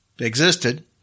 existed